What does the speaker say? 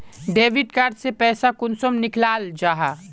Debit card से पैसा कुंसम निकलाल जाहा?